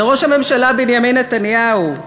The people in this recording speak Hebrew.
זה ראש הממשלה בנימין נתניהו.